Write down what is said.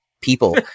people